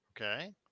Okay